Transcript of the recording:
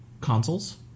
consoles